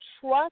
trust